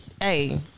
hey